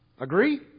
Agree